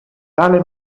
tale